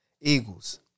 Eagles